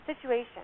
situation